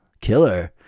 Killer